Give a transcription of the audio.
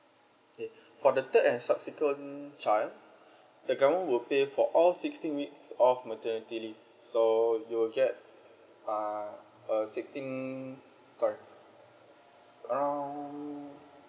okay for the third and subsequent child the government will pay for all sixteen weeks of maternity leave so you will get uh a sixteen sorry around